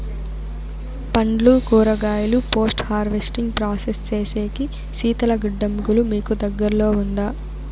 పండ్లు కూరగాయలు post harvesting process సేసేకి శీతల గిడ్డంగులు మీకు దగ్గర్లో ఉందా?